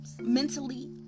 Mentally